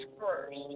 first